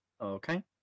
Okay